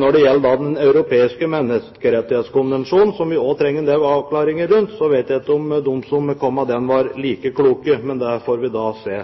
Når det gjelder Den europeiske menneskerettskonvensjon, som vi også trenger en del avklaringer rundt, vet jeg ikke om de som kom med den, var like kloke, men det får vi se.